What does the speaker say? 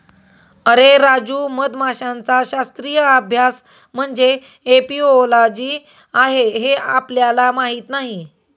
अरे राजू, मधमाशांचा शास्त्रीय अभ्यास म्हणजे एपिओलॉजी आहे हे आपल्याला माहीत नाही